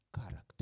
character